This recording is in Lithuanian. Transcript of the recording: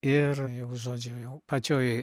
ir jau žodžiu jau pačioj